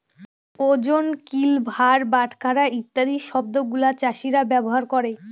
ওজন, কিল, ভার, বাটখারা ইত্যাদি শব্দগুলা চাষীরা ব্যবহার করে